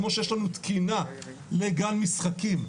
כמו שיש לנו תקינה לגן משחקים,